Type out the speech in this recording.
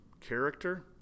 character